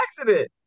accident